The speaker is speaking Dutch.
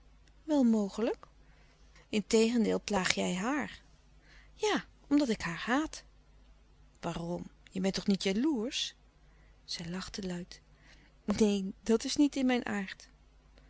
wel mogelijk integendeel plaag jij haar ja omdat ik haar haat waarom je bent toch niet jaloersch zij lachte luid neen dat is niet in mijn aard